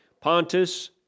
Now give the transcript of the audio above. Pontus